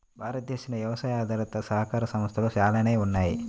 భారతదేశంలో వ్యవసాయ ఆధారిత సహకార సంస్థలు చాలానే ఉన్నాయి